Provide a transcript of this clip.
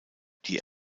die